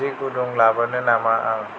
सि गुदुं लाबोनो नामा आं